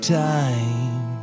time